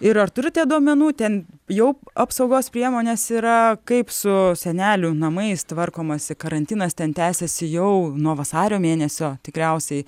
ir ar turite duomenų ten jau apsaugos priemonės yra kaip su senelių namais tvarkomasi karantinas ten tęsiasi jau nuo vasario mėnesio tikriausiai